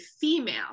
female